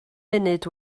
munud